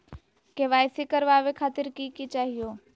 KYC करवावे खातीर कि कि चाहियो?